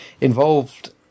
involved